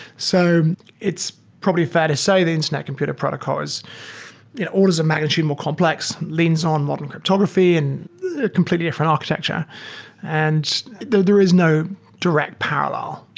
so it's probably fair to say the internet computer protocol is you know orders of magnitude more complex. leans on modern cryptography and a completely different architecture and there there is no direct parallel.